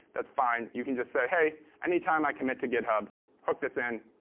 that's fine. you can just say, hey, anytime i commit to github hook this in,